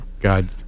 God